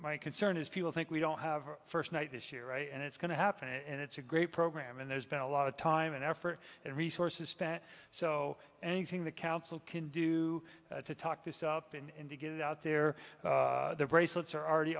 my concern is people think we don't have a first night this year right and it's going to happen and it's a great program and there's been a lot of time and effort and resources spent so anything the council can do to talk this up and to get out there bracelets are already